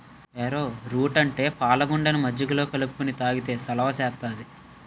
ఏరో route అంటే పాలగుండని మజ్జిగలో కలుపుకొని తాగితే సలవ సేత్తాది